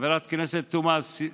חברת הכנסת תומא סלימאן,